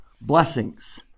Blessings